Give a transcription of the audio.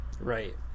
Right